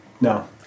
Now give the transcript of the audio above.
no